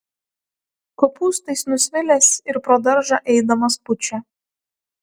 kopūstais nusvilęs ir pro daržą eidamas pučia